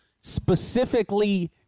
specifically